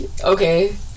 Okay